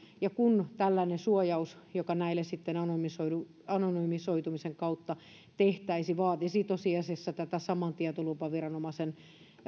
ja kun tällainen suojaus joka näille sitten anonymisoitumisen kautta tehtäisiin vaatisi tosiasiassa tätä saman tietolupaviranomaisen